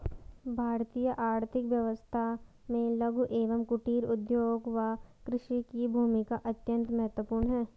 भारतीय आर्थिक व्यवस्था में लघु एवं कुटीर उद्योग व कृषि की भूमिका अत्यंत महत्वपूर्ण है